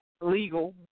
legal